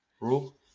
rule